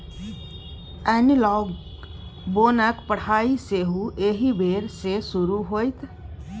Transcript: एनलॉग बोनक पढ़ाई सेहो एहि बेर सँ शुरू होएत